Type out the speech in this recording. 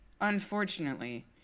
unfortunately